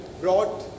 brought